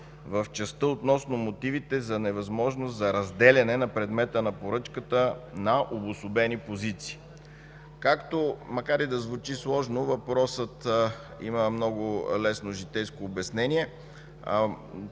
в частта относно мотивите за невъзможност за разделяне на предмета на поръчката на обособени позиции. Макар и да звучи сложно, въпросът има много лесно житейско обяснение.